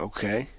Okay